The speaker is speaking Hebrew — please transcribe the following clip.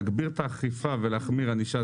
להגביר את האכיפה ולהחמיר ענישה,